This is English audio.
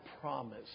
promise